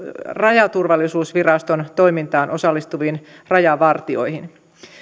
rajaturvallisuusviraston toimintaan osallistuviin rajavartijoihin